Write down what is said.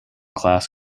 class